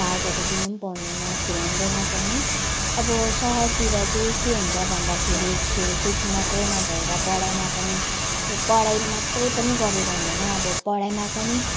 भागहरू लिन पनि पाउँदैन खेलाउँदैन पनि अब सहरतिर चाहिँ के हुन्छ भन्दाखेरि खेलकुद मात्रै नभएर पढाइमा पनि अब पढाइ मात्र पनि गरेर हुँदैन अब पढइमा पनि